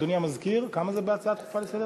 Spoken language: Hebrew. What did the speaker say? אדוני המזכיר, כמה זה בהצעה דחופה לסדר-היום?